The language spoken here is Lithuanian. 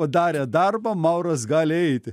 padarė darbą mauras gali eiti